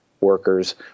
workers